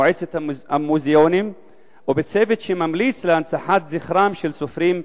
במועצת המוזיאונים ובצוות שממליץ על הנצחת זכרם של סופרים,